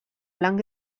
blanc